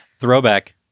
Throwback